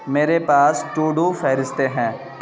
میرے پاس to do فہرستیں ہیں